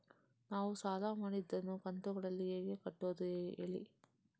ನಾವು ಸಾಲ ಮಾಡಿದನ್ನು ಕಂತುಗಳಲ್ಲಿ ಹೇಗೆ ಕಟ್ಟುದು ಹೇಳಿ